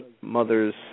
mothers